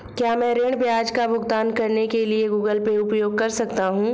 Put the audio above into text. क्या मैं ऋण ब्याज का भुगतान करने के लिए गूगल पे उपयोग कर सकता हूं?